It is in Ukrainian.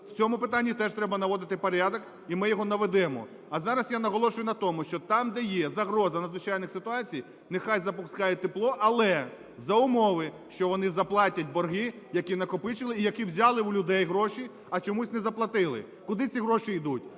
В цьому питанні теж треба наводити порядок, і ми його наведемо. А зараз я наголошую на тому, що там, де є загроза надзвичайних ситуацій, нехай запускають тепло, але за умови, що вони заплатять борги, які накопичили і які взяли у людей гроші, а чомусь не заплатили. Куди ці гроші йдуть?